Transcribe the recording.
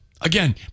again